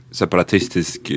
separatistisk